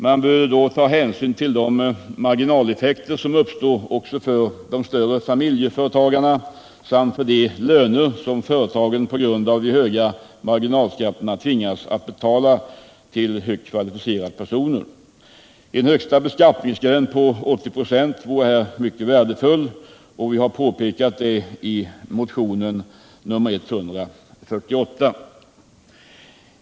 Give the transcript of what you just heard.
Man bör då ta hänsyn till de marginaleffekter som uppstår också för de större familjeföretagarna samt för de löner som företagen på grund av den höga marginalskatten tvingas att betala till högt kvalificerade personer. En högsta beskattningsgräns vid 80 26 vore därför mycket värdefull, och vi har påpekat detta i motionen 148.